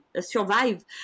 survive